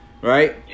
right